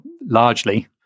largely